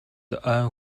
ойн